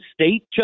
State